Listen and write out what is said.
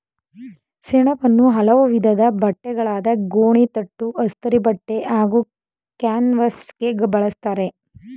ಸೆಣಬನ್ನು ಹಲವು ವಿಧದ್ ಬಟ್ಟೆಗಳಾದ ಗೋಣಿತಟ್ಟು ಅಸ್ತರಿಬಟ್ಟೆ ಹಾಗೂ ಕ್ಯಾನ್ವಾಸ್ಗೆ ಬಳುಸ್ತರೆ